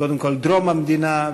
קודם כול דרום המדינה,